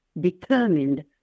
determined